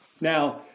Now